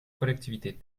collectivités